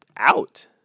out